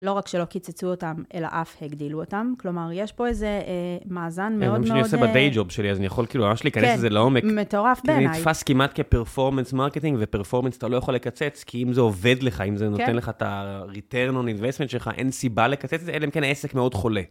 לא רק שלא קיצצו אותם, אלא אף הגדילו אותם. כלומר, יש פה איזה מאזן מאוד מאוד... זה מה שאני עושה ב-day job שלי, אז אני יכול כאילו ממש להיכנס לזה לעומק. כן, מטורף בעיניי. כי אני נתפס כמעט כפרפורמנס מרקטינג, ופרפורמנס אתה לא יכול לקצץ, כי אם זה עובד לך, כן, אם זה נותן לך את ה-return on investment שלך, אין סיבה לקצץ, אלה הם כן עסק מאוד חולה.